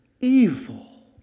evil